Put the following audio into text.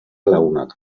lagunak